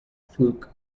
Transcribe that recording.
fluke